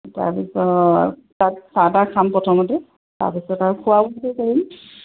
তাৰপিছত তাত চাহ তাহ খাম প্ৰথমতে তাৰপিছত আৰু খোৱা বোৱা কৰিম